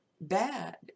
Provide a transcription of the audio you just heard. bad